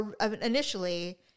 initially